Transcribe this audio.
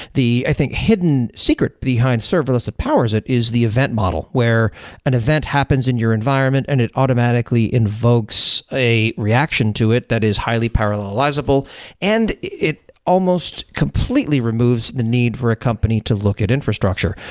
the, i think, thing hidden secret behind serverless that powers it is the event model, where an event happens in your environment and it automatically invokes a reaction to it that is highly parallelizable and it almost completely removes the need for a company to look at infrastructure.